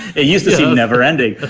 it used to say never ending.